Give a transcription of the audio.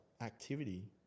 activity